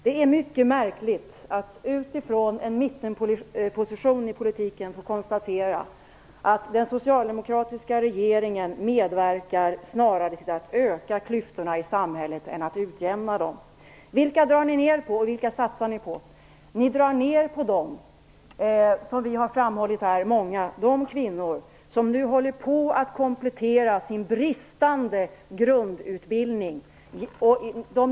Det är mycket märkligt att utifrån en mittenposition i politiken få konstatera att den socialdemokratiska regeringen snarare medverkar till att öka klyftorna i samhället än till att utjämna dem. Vad drar ni ner på och vad satsar ni på? Ni drar ner på resurserna till, vilket många av oss har framhållit här, de kvinnor som nu håller på med att komplettera sin bristande grundutbildning.